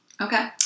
Okay